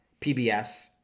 PBS